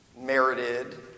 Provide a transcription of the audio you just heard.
merited